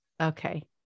okay